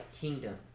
kingdom